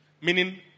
meaning